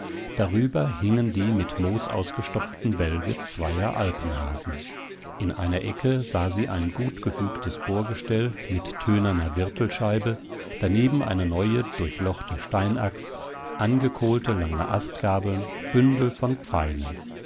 darüber hingen die mit moos ausgestopften bälge zweier alpenhasen in einer ecke sah sie ein gutgefügtes bohrgestell mit tönerner wirtelscheibe daneben eine neue durchlochte steinaxt angekohlte lange astgabeln bündel von pfeilen